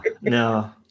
no